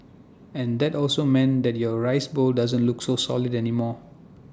and that also meant that your rice bowl doesn't look so solid anymore